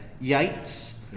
Yates